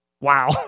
Wow